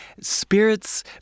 spirits